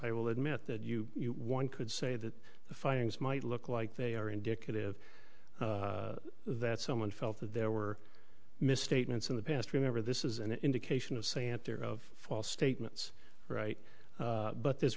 i will admit that you one could say that the findings might look like they are indicative that someone felt that there were misstatements in the past remember this is an indication of santer of false statements right but there's